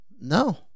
no